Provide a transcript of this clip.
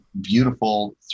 beautiful